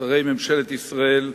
שרי ממשלת ישראל,